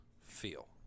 feel